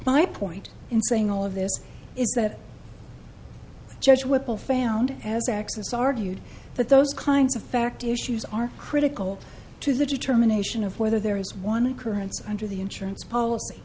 my point in saying all of this is that judge whipple found as access argued that those kinds of fact issues are critical to the determination of whether there is one occurrence under the insurance policy